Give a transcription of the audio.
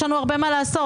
יש לנו הרבה לעשות.